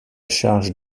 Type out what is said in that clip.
charge